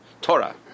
Torah